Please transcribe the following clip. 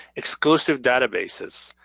exclusive databases.